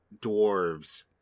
dwarves